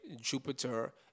Jupiter